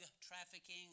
trafficking